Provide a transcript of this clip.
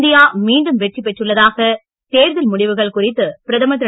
India மீண்டும் வெற்றி பெற்றுள்ளதாக தேர்தல் முடிவுகள் குறித்து பிரதமர் திரு